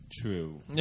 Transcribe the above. true